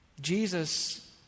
Jesus